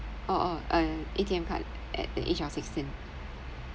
orh orh uh A_T_M card at the age of sixteen